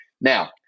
Now